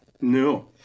No